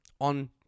on